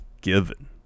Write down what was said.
given